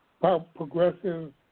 Progressive